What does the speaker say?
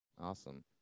awesome